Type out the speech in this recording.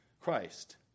Christ